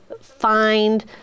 find